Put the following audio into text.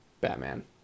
Batman